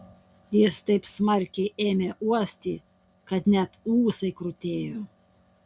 jis taip smarkiai ėmė uosti kad net ūsai krutėjo